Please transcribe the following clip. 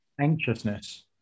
anxiousness